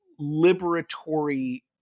liberatory